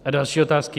A další otázky.